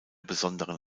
besonderen